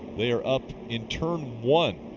they are up in turn one.